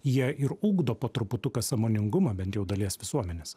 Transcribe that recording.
jie ir ugdo po truputuką sąmoningumą bent jau dalies visuomenės